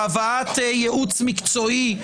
והבאת ייעוץ מקצועי,